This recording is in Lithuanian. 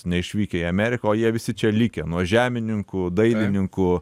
neišvykę į amerikąo jie visi čia likę nuo žemininkų dailininkų